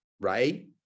right